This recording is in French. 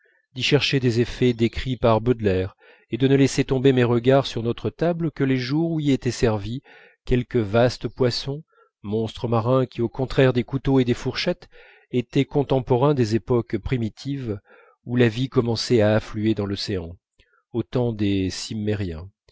d'y chercher des effets décrits par baudelaire et de ne laisser tomber mes regards sur notre table que les jours où y était servi quelque vaste poisson monstre marin qui au contraire des couteaux et des fourchettes était contemporain des époques primitives où la vie commençait à affluer dans l'océan au temps des